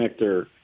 connector